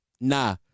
Nah